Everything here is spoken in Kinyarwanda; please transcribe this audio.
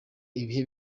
ibihe